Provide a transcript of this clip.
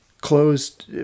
closed